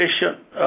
efficient